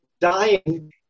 dying